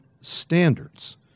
standards